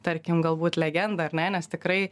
tarkim galbūt legendą ar ne nes tikrai